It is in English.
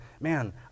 man